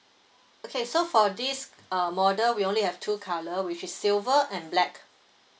okay so for this uh model we only have two colour which is silver and black